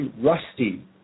rusty